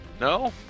No